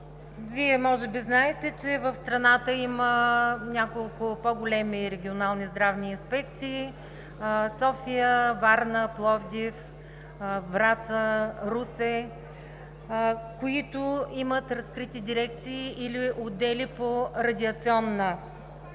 Може би знаете, че в страната има няколко по-големи регионални здравни инспекции – в София, Варна, Пловдив, Враца, Русе, които имат разкрити дирекции или отдели по радиационен